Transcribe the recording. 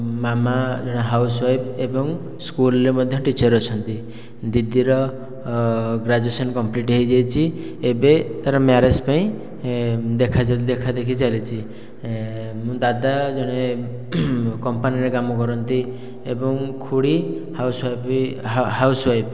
ମାମା ଜଣେ housewife ଏବଂ ସ୍କୁଲରେ ମଧ୍ୟ ଟିଚର ଅଛନ୍ତି ଦିଦିର ଗ୍ରାଜୁଏସନ କମ୍ପ୍ଲିଟ ହୋଇଯାଇଛି ଏବେ ତା'ର ମ୍ୟାରେଜ ପାଇଁ ଦେଖା ଦେଖାଦେଖି ଚାଲିଛି ମୋ ଦାଦା ଜଣେ କମ୍ପାନୀରେ କାମ କରନ୍ତି ଏବଂ ଖୁଡି ହାଉସ୍ ୱାଇଫ୍ ହାଉସ୍ ୱାଇଫ୍